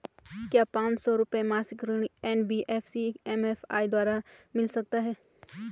क्या पांच सौ रुपए मासिक ऋण एन.बी.एफ.सी एम.एफ.आई द्वारा मिल सकता है?